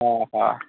हां हां